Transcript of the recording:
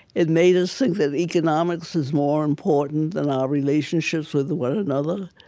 it made us think that economics is more important than our relationships with one another.